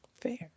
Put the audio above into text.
Fair